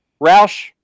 Roush